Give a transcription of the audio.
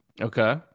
Okay